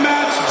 Match